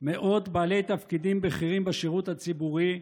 מאות בעלי תפקידים בכירים בשירות הציבורי,